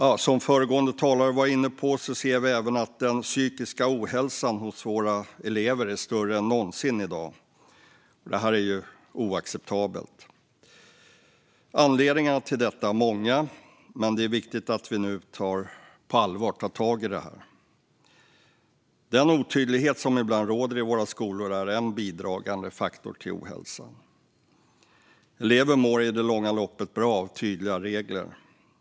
Som föregående talare var inne på ser vi även att den psykiska ohälsan hos våra elever i dag är större än någonsin. Det är oacceptabelt. Anledningarna till detta är många. Men det är viktigt att vi nu på allvar tar tag i detta. Den otydlighet som ibland råder i våra skolor är en bidragande faktor till ohälsan. Elever mår i det långa loppet bra av tydliga regler.